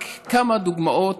רק כמה דוגמאות,